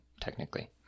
technically